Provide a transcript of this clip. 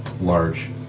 Large